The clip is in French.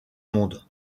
monde